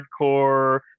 hardcore